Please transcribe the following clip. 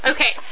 Okay